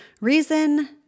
Reason